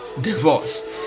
divorce